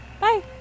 Bye